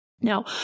Now